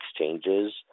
exchanges